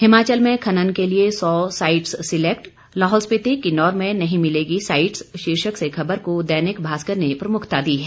हिमाचल में खनन के लिए सौ साइट्स सिलेक्ट लाहौल स्पीति किन्नौर में नहीं मिलेंगी साइट्स शीर्षक से खबर को दैनिक भास्कर ने प्रमुखता दी है